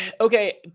okay